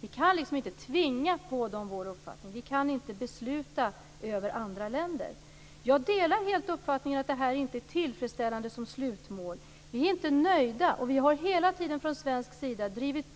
Vi kan liksom inte tvinga på andra vår uppfattning - vi kan inte besluta över andra länder. Jag delar helt uppfattningen att det här inte är tillfredssställande som slutmål. Vi är inte nöjda. Hela tiden har vi från svensk sida drivit